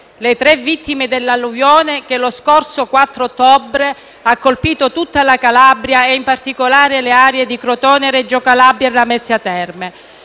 le tre vittime dell'alluvione che lo scorso 4 ottobre ha colpito tutta la Calabria e in particolare le aree di Crotone, Reggio Calabria e Lamezia Terme.